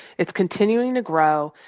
it's continuing to grow.